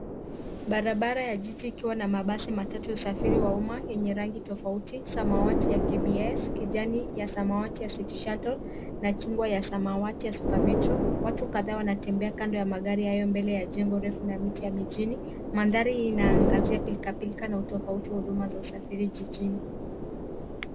Barabara ya jiji ikiwa na mabasi matatu ya usafiri wa umma yenye rangi tofauti samawati ya KBS, kijani ya samawati ya Citi Shuttle na chungwa ya samawati ya super metro. Watu kadhaa wanatembea kando ya magari hayo mbele ya jengo refu na miti ya mijini. Mandhari hii inaangazia pilika pilika na utofautia wa huduma za usafiri jijini.